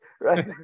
right